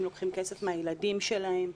הם לוקחים כסף מהילדים שלהם,